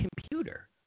computer